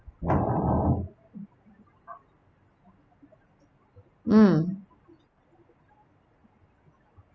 mm